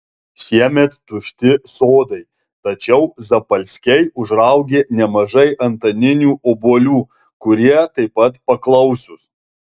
šiemet tušti sodai tačiau zapalskiai užraugė nemažai antaninių obuolių kurie taip pat paklausūs